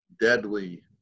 deadly